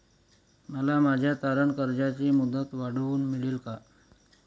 मला माझ्या तारण कर्जाची मुदत वाढवून मिळेल का?